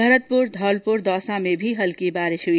भरतपूर धोलपूर दौसा में हल्की बारिश हुई